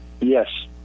Yes